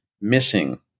missing